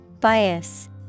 Bias